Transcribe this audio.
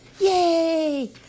Yay